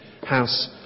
house